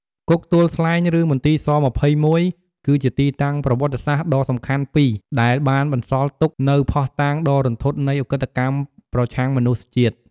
គុកទួលស្លែង ឬ មន្ទីរស-២១ គឺជាទីតាំងប្រវត្តិសាស្ត្រដ៏សំខាន់ពីរ ដែលបានបន្សល់ទុកនូវភស្តុតាងដ៏រន្ធត់នៃឧក្រិដ្ឋកម្មប្រឆាំងមនុស្សជាតិ។